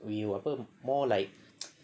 we apa more like